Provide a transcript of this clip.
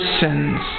sins